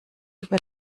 über